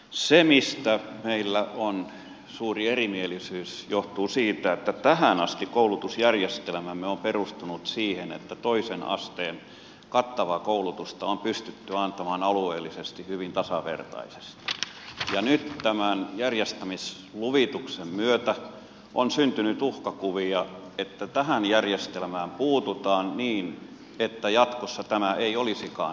se mistä meillä on suuri erimielisyys johtuu siitä että tähän asti koulutusjärjestelmämme on perustunut siihen että toisen asteen kattavaa koulutusta on pystytty antamaan alueellisesti hyvin tasavertaisesti ja nyt tämän järjestämisluvituksen myötä on syntynyt uhkakuvia että tähän järjestelmään puututaan niin että jatkossa tämä ei olisikaan itsestäänselvyys